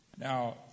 Now